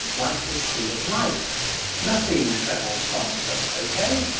like the speed of light nothing travels faster, okay?